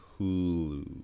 Hulu